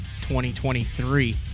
2023